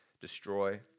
destroy